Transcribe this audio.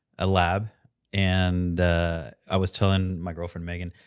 a lab and i was telling my girlfriend, megan,